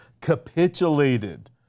capitulated